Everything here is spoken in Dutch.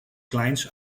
kleins